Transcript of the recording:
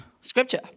scripture